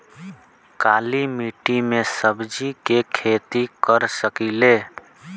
काली मिट्टी में सब्जी के खेती कर सकिले?